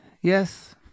Yes